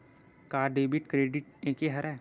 का debit credit एके हरय?